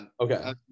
okay